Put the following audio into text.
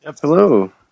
hello